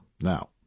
Now